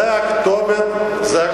זאת הכתובת.